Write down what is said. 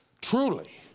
Truly